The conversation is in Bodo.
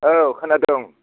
औ खोनादों